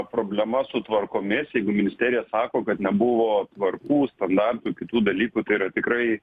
problema su tvarkomis jeigu ministerija sako kad nebuvo tvarkų standartų kitų dalykų tai yra tikrai